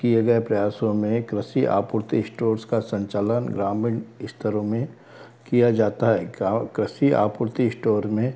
किए गए प्रयासों में कृषि आपूर्ति स्टोर्स का संचालन ग्रामीण स्तरों में किया जाता है गांव कृषि आपूर्ति स्टोर में